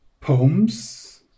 poems